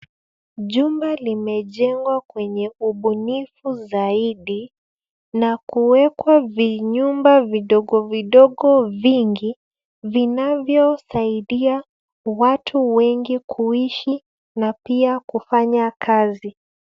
Jumba limejengwa kwenye ubunifu zaidi na kuwekwa vinyumba vidogo vidogo vingi vinavyosaidia watu wengi kuishi na pia kufanya kazi.